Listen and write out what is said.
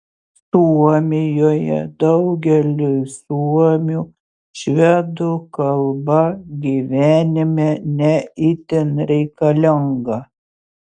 suomijoje daugeliui suomių švedų kalba gyvenime ne itin reikalinga